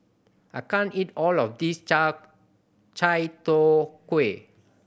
I can't eat all of this chai tow kway